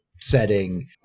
setting